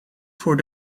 voor